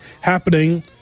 happening